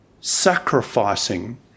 Sacrificing